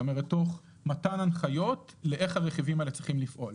אלא מתוך מתן הנחיות לאיך הרכיבים האלה צריכים לפעול.